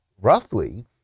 roughly